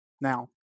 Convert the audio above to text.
Now